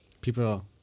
people